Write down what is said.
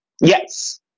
Yes